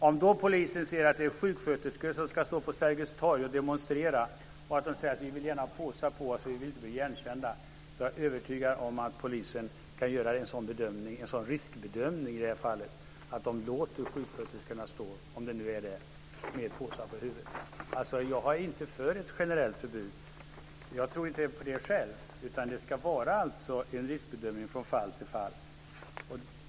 Om polisen då vet att det är sjuksköterskor som ska stå på Sergels torg och demonstrera och gärna vill ha påsar över huvudet för att inte bli igenkända är jag övertygad om att polisen kan göra en sådan riskbedömning i detta fall att man låter sjuksköterskorna demonstrera med påsar över huvudet. Jag är alltså inte för ett generellt förbud. Jag tror inte på det själv, utan det ska göras en riskbedömning från fall till fall.